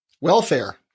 Welfare